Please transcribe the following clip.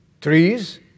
Trees